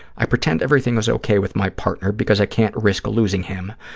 i pretend everything is okay with my partner because i can't risk losing him.